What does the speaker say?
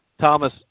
Thomas